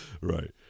right